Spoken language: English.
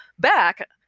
back